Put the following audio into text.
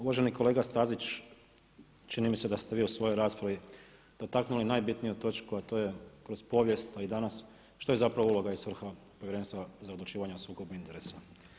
Uvaženi kolega Stazić, čini mi se da ste vi u svojoj raspravi dotaknuli najbitniju točku a to je kroz povijesti pa i danas što je zapravo uloga i svrha Povjerenstva za odlučivanje o sukobu interesa.